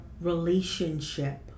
relationship